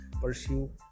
pursue